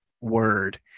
Word